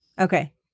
Okay